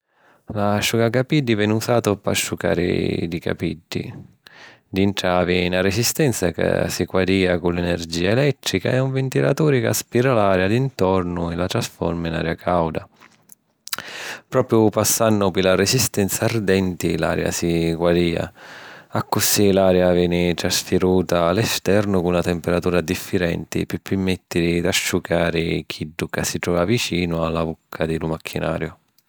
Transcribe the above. L’asciucacapiddi veni usatu p'asciucari di capiddi. Dintra havi na resistenza ca si quadìa cu l’energìa elèttrica e un ventilaturi ca aspira l’aria d’intornu e la trasforma in aria càuda. Propiu passannu pi la resistenza ardenti, l’aria si quadìa. Accussì l’aria veni trasfiruta a l’esternu cu na temperatura diffirenti, pi pirmèttiri d'asciucari chiddu ca si trova vicinu a la vucca di lu machinariu.